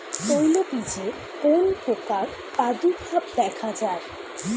তৈলবীজে কোন পোকার প্রাদুর্ভাব দেখা যায়?